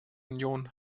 union